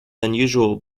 unusual